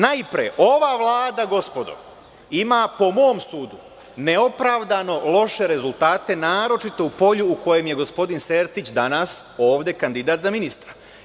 Najpre, ova Vlada, gospodo, ima, po mom sudu, neopravdano loše rezultate, naročito u polju u kome je gospodin Sertić danas ovde kandidat za ministra.